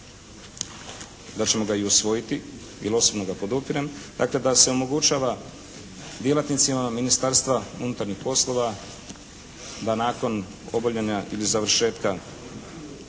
da ćemo ga i usvojiti, jer osobno ga podupirem, dakle da se omogućava djelatnicima Ministarstva unutarnjih poslova da nakon obavljena ili završetka